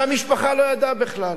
והמשפחה לא ידעה בכלל.